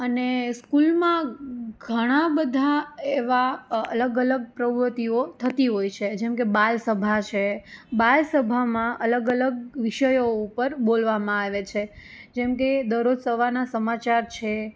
અને સ્કૂલમાં ઘણા બધા એવા અલગ અલગ પ્રવુતિઓ થતી હોય છે જેમકે બાલસભા છે બાલસભામાં અલગ અલગ વિષયો ઉપર બોલવામાં આવે છે જેમકે દરોજ સવારના સમાચાર છે